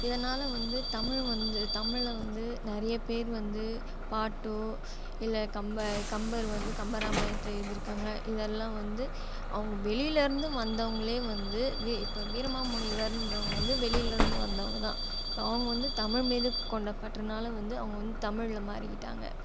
இதனால் வந்து தமிழ் வந்து தமிழை வந்து நிறைய பேர் வந்து பாட்டோ இல்லை கம்ப கம்பர் வந்து கம்பராமாயணத்தை எழுதியிருக்காங்க இதெல்லாம் வந்து அவங்க வெளியில் இருந்து வந்தவங்களே வந்து வீ இப்போது வீரமாமுனிவர்ன்றவங்கள் வந்து வெளியில் இருந்து வந்தவர்கதான் இப்போது அவங்க வந்து தமிழ்மீது கொண்ட பற்றினால் வந்து அவங்க வந்து தமிழில் மாறிகிட்டாங்க